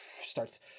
starts